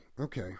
okay